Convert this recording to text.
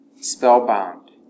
spellbound